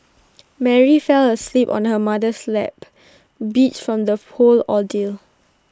Mary fell asleep on her mother's lap beat from the whole ordeal